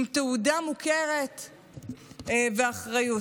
עם תעודה מוכרת ואחריות,